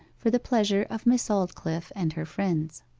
for the pleasure of miss aldclyffe and her friends.